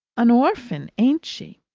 an orphan. ain't she?